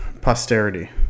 posterity